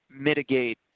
mitigate